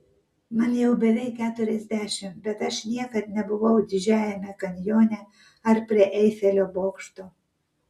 man jau beveik keturiasdešimt bet aš niekad nebuvau didžiajame kanjone ar prie eifelio bokšto